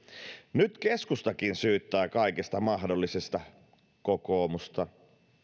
nyt keskustakin syyttää kaikesta mahdollisesta kokoomusta